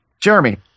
Jeremy